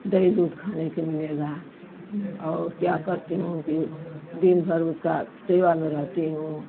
दही दूध खाने के मिलेगा और क्या करती हूँ कि दिन भर उसका सेवा में रहती हूँ